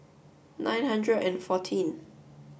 nine hundred and fourteen